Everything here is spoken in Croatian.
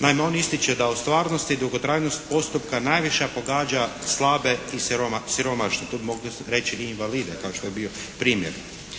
Naime, on ističe da u stvarnosti dugotrajnost postupka najviše pogađa slabe i siromašne. Tu bi mogli reći i invalide kao što je bio primjer.